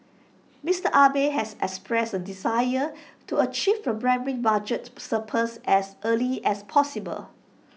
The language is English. Mister Abe has expressed A desire to achieve the primary budget surplus as early as possible